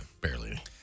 barely